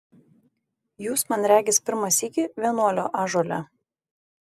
jūs man regis pirmą sykį vienuolio ąžuole